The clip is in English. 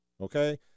okay